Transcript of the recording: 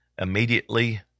Immediately